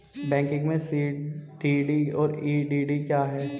Banking में CDD और EDD क्या हैं?